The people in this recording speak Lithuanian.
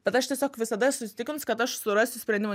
bet aš tiesiog visada esu įsitikimus kad aš surasiu sprendimą